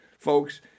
folks